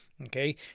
Okay